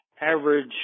average